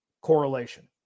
correlation